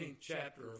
chapter